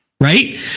Right